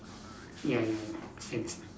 ya ya ya same same